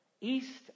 east